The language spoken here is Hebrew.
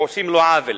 עושים לו עוול.